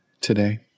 today